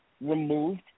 removed